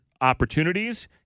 opportunities